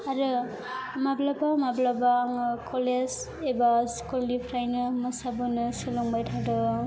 आरो माब्लाबा माब्लाबा आङो कलेज एबा स्कुल निफ्रायनो मोसाबोनो सोलोंबाय थादों